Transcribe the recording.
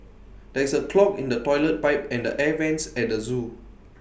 there is A clog in the Toilet Pipe and the air Vents at the Zoo